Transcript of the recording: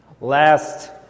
Last